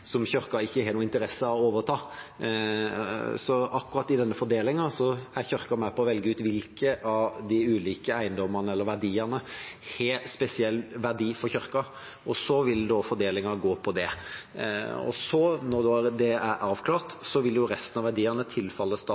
som Kirken ikke har noen interesse av å overta. Akkurat i den fordelingen er Kirken med på å velge ut hvilke av de ulike eiendommene eller verdiene som har spesiell verdi for Kirken, og så vil fordelingen gå etter det. Når det er avklart, vil resten av verdiene